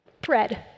bread